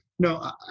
No